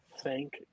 Thank